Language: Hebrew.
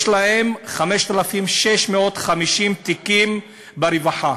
יש להם 5,650 תיקים ברווחה,